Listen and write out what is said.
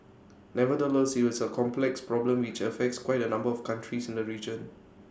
nevertheless IT is A complex problem which affects quite A number of countries in the region